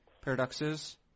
Paradoxes